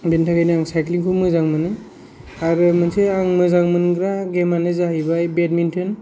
बेनि थाखाय आं साइक्लिंखौ मोजां मोनो आरो मोनसे आं मोजां मोनग्रा गेमानो जाहैबाय बेदमिन्टन